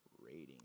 rating